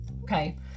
okay